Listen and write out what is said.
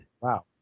Wow